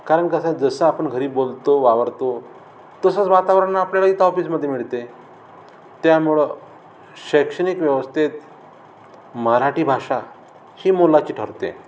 कारण कसं आहे जसं आपण घरी बोलतो वावरतो तसंच वातावरण आपल्याला इथं ऑफिसमध्ये मिळते त्यामुळं शैक्षणिक व्यवस्थेत मराठी भाषा ही मोलाची ठरते